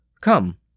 Come